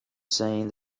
saying